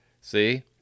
See